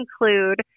include